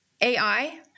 AI